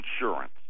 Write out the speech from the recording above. insurance